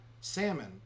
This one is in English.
salmon